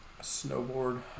Snowboard